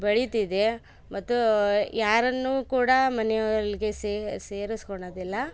ಬೆಳಿತಿದೆ ಮತ್ತು ಯಾರನ್ನು ಕೂಡ ಮನೆಯ ಒಳ್ಗೆ ಸೇರಿಸ್ಕೊಳೊದಿಲ್ಲ